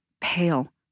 pale